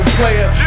player